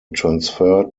transferred